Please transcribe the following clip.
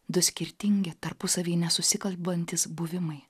du skirtingi tarpusavyje nesusikalbantys buvimai